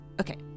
Okay